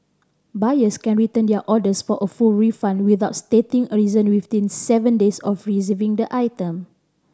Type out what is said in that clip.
buyers can return their orders for a full refund without stating a reason within seven days of receiving the item